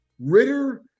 Ritter